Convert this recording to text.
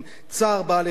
צער בעלי-חיים,